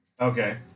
Okay